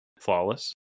flawless